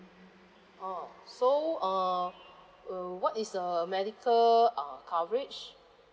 oh so uh uh what is a medical uh coverage